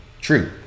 true